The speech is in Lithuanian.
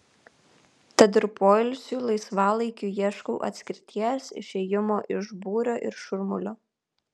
tad ir poilsiui laisvalaikiui ieškau atskirties išėjimo iš būrio ir šurmulio